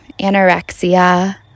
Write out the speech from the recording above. anorexia